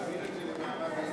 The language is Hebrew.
להעביר את זה למעמד האישה.